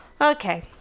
Okay